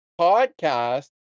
podcast